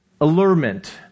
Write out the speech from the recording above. allurement